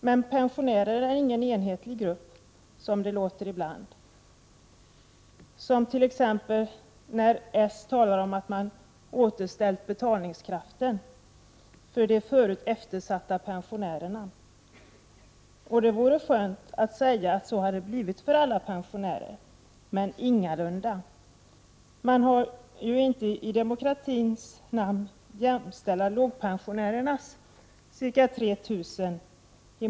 Men pensionärer är ingen enhetlig grupp, som det låter ibland — t.ex. när socialdemokraterna talar om att man återställt betalningskraften för de förut eftersatta pensionärerna. Det vore skönt att säga att så har det blivit för alla pensionärer. Men ingalunda. Man kan ju inte i demokratins namn jämställa lågpensionärernas ca 3 000 kr.